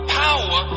power